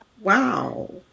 Wow